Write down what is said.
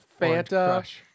Fanta